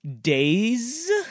Days